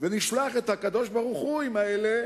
ונשלח את הקדוש-ברוך-הואים האלה